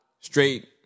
Straight